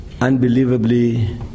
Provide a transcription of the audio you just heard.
unbelievably